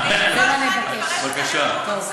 כדי שכל אחד יפרש אותן איך שהוא רוצה.